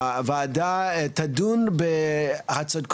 הוועדה תדון בהצעות קונקרטיות,